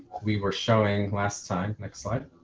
we were showing last time. next slide.